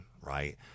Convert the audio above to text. right